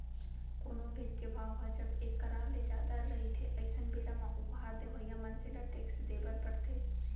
कोनो भेंट के भाव ह जब एक करार ले जादा रहिथे अइसन बेरा म उपहार देवइया मनसे ल टेक्स देय बर परथे